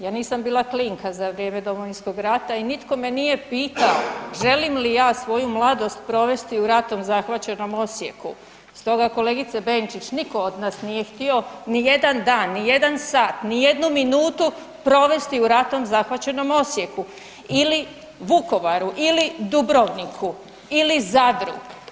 Ja nisam bila klinka za vrijeme Domovinskog rata i nitko me nije pitao želim li ja svoju mladost provesti u ratom zahvaćenom Osijeku, stoga kolegice Benčić nitko od nas nije htio ni jedan dan, ni jedan sat, ni jednu minutu provesti u ratom zahvaćenom Osijeku ili Vukovaru, ili Dubrovniku, ili Zadru.